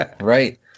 Right